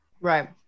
right